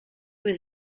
was